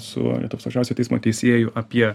su lietuvos aukščiausio teismo teisėju apie